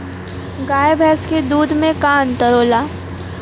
गाय भैंस के दूध में का अन्तर होला?